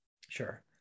sure